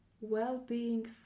well-being